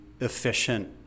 Efficient